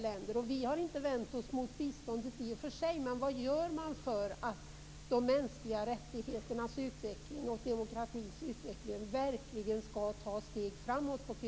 Vi har i och för sig inte vänt oss mot biståndet, men vad görs för att de mänskliga rättigheternas utveckling och demokratins utveckling verkligen skall ta steg framåt i